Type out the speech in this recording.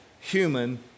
human